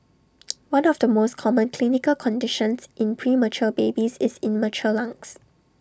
one of the most common clinical conditions in premature babies is immature lungs